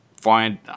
find